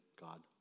God